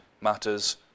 matters